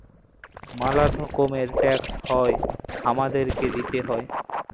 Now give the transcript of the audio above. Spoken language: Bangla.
ম্যালা রকমের ট্যাক্স হ্যয় হামাদেরকে দিতেই হ্য়য়